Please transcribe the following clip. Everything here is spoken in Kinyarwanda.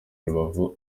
rubavu